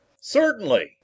Certainly